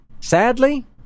Sadly